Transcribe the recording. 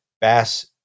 bass